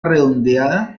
redondeada